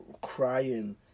crying